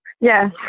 yes